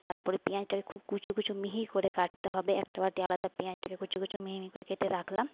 তারপরে পিঁয়াজটাকে খুব কুচো কুচো মিহি করে কাটতে হবে একটা বাটি আলাদা পেঁয়াজটাকে কুচো কুচো মিহি মিহি করে কেটে রাখলাম